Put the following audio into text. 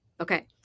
Okay